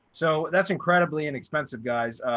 so that's incredibly inexpensive guys,